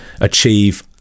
achieve